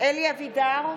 אלי אבידר,